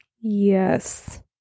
Yes